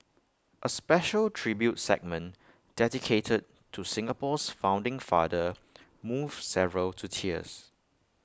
A special tribute segment dedicated to Singapore's founding father moved several to tears